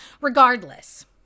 Regardless